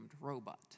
robot